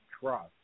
trust